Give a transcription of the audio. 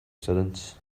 students